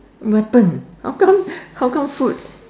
what happen how come how come food